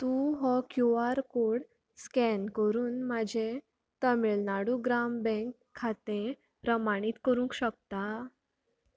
तूं हो Q R code scan करून म्हजें तमीळनाडू ग्राम बँक खातें प्रमाणीत करूंक शकता